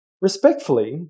respectfully